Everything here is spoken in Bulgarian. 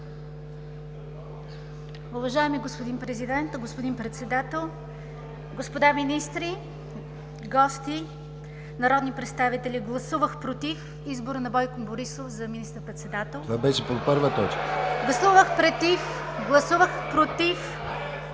Уважаеми господин Президент, господин Председател, господа министри, гости, народни представители! Гласувах „против“ избора на Бойко Борисов за министър-председател … (Шум и възгласи от